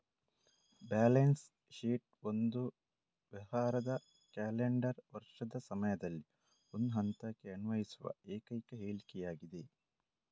balance sheet ಒಂದು ವ್ಯವಹಾರದ calendar ವರ್ಷದ ಸಮಯದಲ್ಲಿ ಒಂದು ಹಂತಕ್ಕೆ ಅನ್ವಯಿಸುವ ಏಕೈಕ ಹೇಳಿಕೆಯಾಗಿದೆ